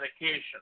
medication